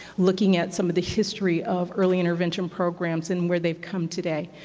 looking at some of the history of early intervention programs and where they have come today,